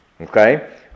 Okay